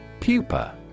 Pupa